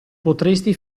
potresti